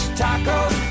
tacos